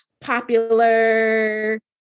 Popular